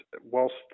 whilst